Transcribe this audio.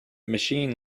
machine